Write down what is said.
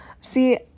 see